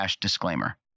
disclaimer